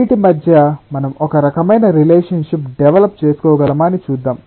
వీటి మధ్య మనం ఒక రకమైన రిలేషన్షిప్ డెవలప్ చేసుకోగలమా అని చూద్దాం